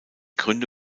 gründe